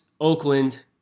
Oakland